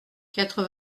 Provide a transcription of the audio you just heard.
quatre